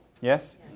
Yes